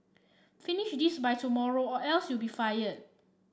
finish this by tomorrow or else you'll be fired